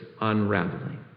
unraveling